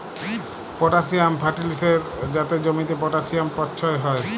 potassium ফার্টিলিসের যাতে জমিতে পটাসিয়াম পচ্ছয় হ্যয়